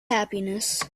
happiness